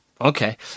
Okay